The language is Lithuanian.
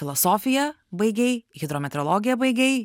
filosofiją baigei hidrometeorologiją baigei